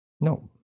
no